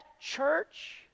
church